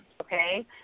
Okay